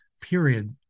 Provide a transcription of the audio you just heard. period